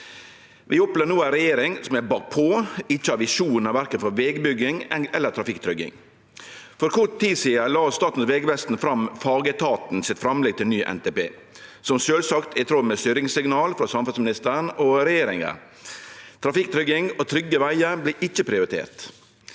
Vi opplever no ei regjering som er bakpå, og som ikkje har visjonar for anten vegbygging eller trafikktrygging. For kort tid sidan la Statens vegvesen fram fagetaten sitt framlegg til ny NTP, som sjølvsagt er i tråd med styringssignal frå samferdselsministeren og regjeringa. Trafikktrygging og trygge vegar vert ikkje prioriterte.